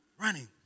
running